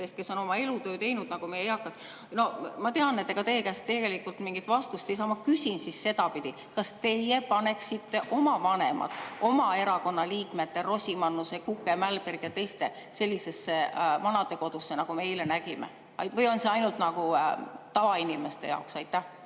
kes on oma elutöö teinud, nagu meie eakad. Ma tean, et ega teie käest tegelikult mingit vastust ei saa. Ma küsin siis sedapidi: kas teie paneksite oma vanemad oma erakonna liikmete Rosimannuse, Kuke, Mälbergi ja teiste sellisesse vanadekodusse, nagu me eile nägime, või on see ainult tavainimeste jaoks? Aitäh!